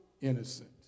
innocent